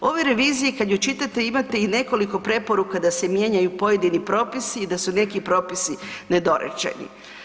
Ove revizije, kad ju čitate, imate i nekoliko preporuka da se mijenjaju pojedini propisi i da su neki propisi nedorečeni.